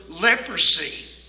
leprosy